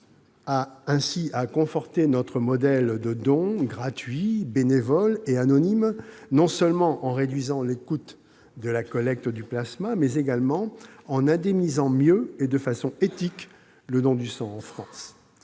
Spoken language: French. à conforter notre modèle de don, gratuit, bénévole et anonyme, non seulement en réduisant les coûts de la collecte du plasma, mais également en indemnisant mieux et de façon éthique le don du sang en France.